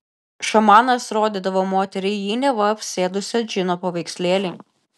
šamanas rodydavo moteriai jį neva apsėdusio džino paveikslėlį